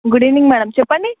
good evening madam చెప్పండి